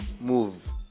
move